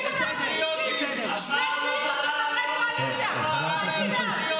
-- בשנה הזו להעלות 30 40 שאילתות ------ חברת הכנסת מירב.